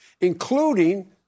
including